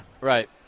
right